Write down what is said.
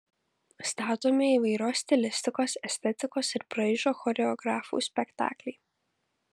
statomi įvairios stilistikos estetikos ir braižo choreografų spektakliai